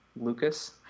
Lucas